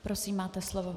Prosím, máte slovo.